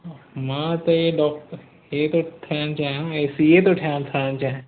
मां त इयं डॉक ई थो ठाहणु चाहियां इह सी ए थो ठाहणु चाहियां जंहिं